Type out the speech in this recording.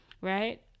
right